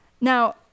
Now